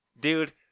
Dude